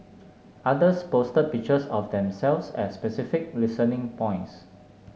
others posted pictures of themselves at specific listening points